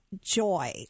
joy